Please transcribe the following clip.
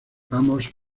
amos